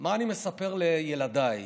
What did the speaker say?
מה אני מספר לילדיי?